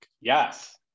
yes